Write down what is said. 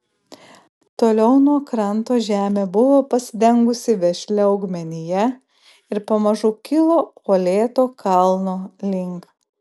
toliau nuo kranto žemė buvo pasidengusi vešlia augmenija ir pamažu kilo uolėto kalno link